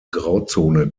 grauzone